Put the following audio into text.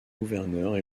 gouverneurs